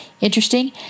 interesting